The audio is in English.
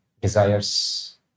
desires